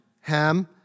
Ham